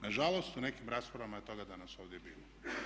Nažalost u nekim raspravama je toga danas ovdje bilo.